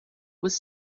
was